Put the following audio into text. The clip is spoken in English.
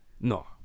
no